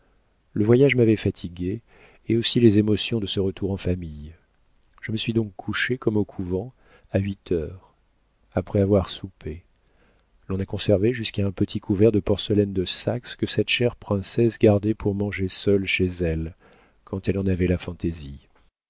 le voyage m'avait fatiguée et aussi les émotions de ce retour en famille je me suis donc couchée comme au couvent à huit heures après avoir soupé l'on a conservé jusqu'à un petit couvert de porcelaine de saxe que cette chère princesse gardait pour manger seule chez elle quand elle en avait la fantaisie